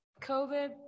COVID